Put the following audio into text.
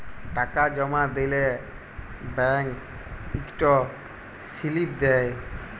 টাকা জমা দিলে ব্যাংক ইকট সিলিপ দেই